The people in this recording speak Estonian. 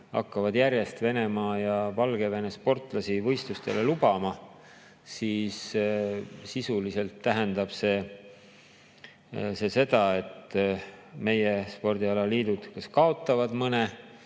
hakkavad järjest Venemaa ja Valgevene sportlasi võistlustele lubama, siis sisuliselt tähendab see seda, et meie spordialaliidud kaotavad mõne